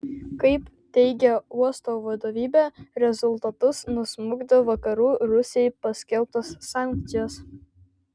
kaip teigia uosto vadovybė rezultatus nusmukdė vakarų rusijai paskelbtos sankcijos